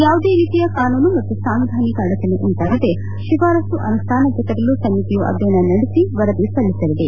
ಯಾವುದೇ ರೀತಿಯ ಕಾನೂನು ಮತ್ತು ಸಾಂವಿಧಾನಿಕ ಅಡಚಣೆ ಉಂಟಾಗದೆ ಶಿಫಾರಸು ಅನುಷ್ಠಾನಕ್ಕೆ ತರಲು ಸಮಿತಿಯು ಅಧ್ಯಯನ ನಡೆಸಿ ವರದಿ ಸಲ್ಲಿಸಲಿದೆ